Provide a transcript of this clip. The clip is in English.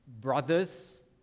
Brothers